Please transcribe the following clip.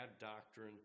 doctrine